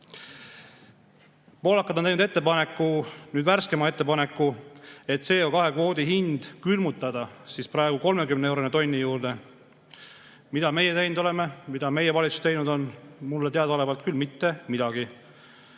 Poolakad on teinud nüüd värskema ettepaneku CO2-kvoodi hind külmutada 30 euroni tonni juurde. Mida meie teinud oleme, mida meie valitsus teinud on? Mulle teadaolevalt küll mitte midagi.